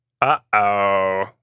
Uh-oh